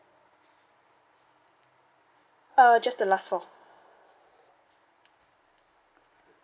uh just the last four